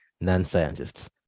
non-scientists